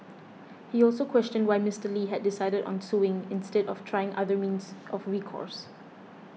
he also questioned why Mister Lee had decided on suing instead of trying other means of recourse